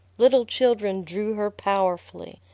little children drew her powerfully,